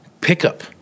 pickup